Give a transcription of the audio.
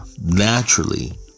Naturally